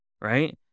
right